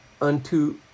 unto